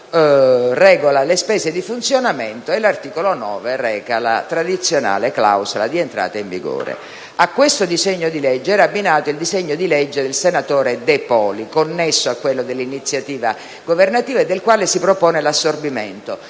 L'articolo 8 regola le spese di funzionamento e l'articolo 9 reca la tradizionale clausola di entrata in vigore. A questo disegno di legge è abbinato quello del senatore De Poli, connesso a quello di iniziativa governativa e del quale si propone l'assorbimento.